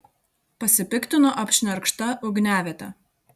pasipiktino apšnerkšta ugniaviete